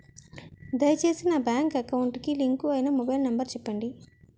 దయచేసి నా bank account కి లింక్ అయినా మొబైల్ నంబర్ చెప్పండి